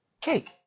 cake